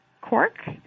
cork